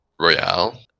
royale